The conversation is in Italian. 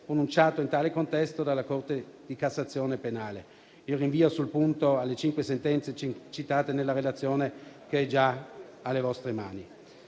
pronunciate in tale contesto dalla Corte di cassazione penale. Il rinvio sul punto è alle cinque sentenze citate nella relazione che è già nelle vostre mani.